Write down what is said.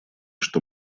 что